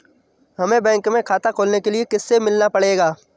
हमे बैंक में खाता खोलने के लिए किससे मिलना पड़ेगा?